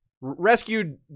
rescued